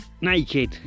naked